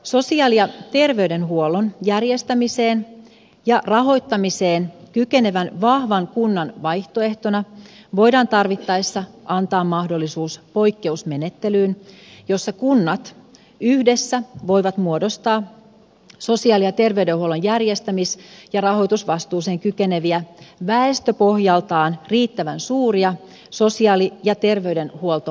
sosiaali ja terveydenhuollon järjestämiseen ja rahoittamiseen kykenevän vahvan kunnan vaihtoehtona voidaan tarvittaessa antaa mahdollisuus poikkeusmenettelyyn jossa kunnat yhdessä voivat muodostaa sosiaali ja terveydenhuollon järjestämis ja rahoitusvastuuseen kykeneviä väestöpohjaltaan riittävän suuria sosiaali ja terveydenhuoltoalueita